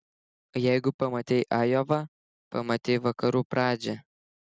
jeigu pamatei ajovą pamatei vakarų pradžią